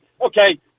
Okay